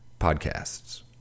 podcasts